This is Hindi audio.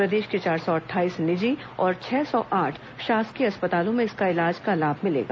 प्रदेश के चार सौ अट्ठाईस निजी और छह सौ आठ शासकीय अस्पतालों में इलाज का लाभ मिलेगा